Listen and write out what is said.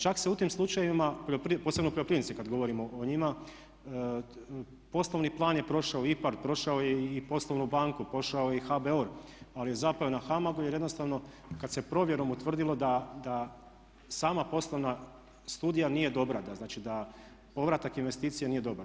Čak se u tim slučajevima, posebno poljoprivrednici kad govorimo o njima poslovni plan je prošao IPARD, prošao je i poslovnu banku, prošao je i HBOR, ali je zapeo na HAMAG-u jer jednostavno kad se provjerom utvrdilo da sama poslovna studija nije dobra, znači da povratak investicija nije dobar.